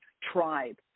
tribe